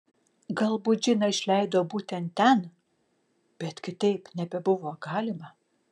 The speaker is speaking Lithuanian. galbūt džiną išleido būtent ten bet kitaip nebebuvo galima